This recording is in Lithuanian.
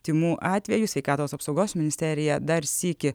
tymų atvejų sveikatos apsaugos ministerija dar sykį